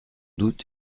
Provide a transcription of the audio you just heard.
doute